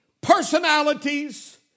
personalities